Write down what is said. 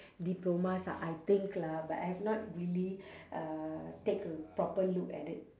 diplomas ah I think lah but I've not really uh take a proper look at it